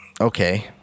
Okay